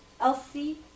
Elsie